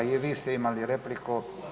I vi ste imali repliku.